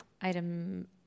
Item